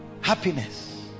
happiness